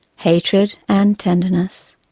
hatred and tenderness.